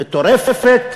מטורפת,